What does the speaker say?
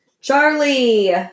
charlie